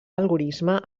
algorisme